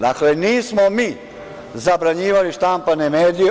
Dakle, nismo mi zabranjivali štampane medije.